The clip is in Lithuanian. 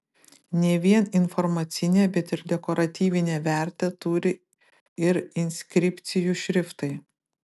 ne vien informacinę bet ir dekoratyvinę vertę turi ir inskripcijų šriftai